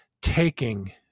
taking